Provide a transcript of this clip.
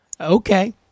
Okay